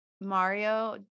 Mario